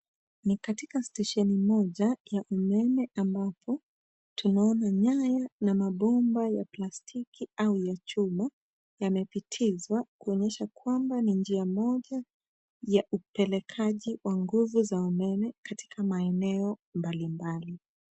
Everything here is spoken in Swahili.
Ni katika stesheni moja ya umeme ambapo tunaona nyaya na mabomba ya plastiki au ya chuma yamepitizwa kuonyesha kwamba ni njia moja ya upelekaji wa nguvu za umeme katika maeneo mbalimbali.